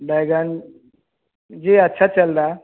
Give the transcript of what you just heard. बैंगन जी अच्छा चल रहा है